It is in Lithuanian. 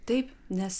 taip nes